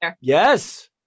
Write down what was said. yes